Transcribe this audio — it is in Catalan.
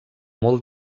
molt